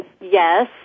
Yes